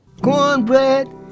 Cornbread